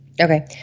Okay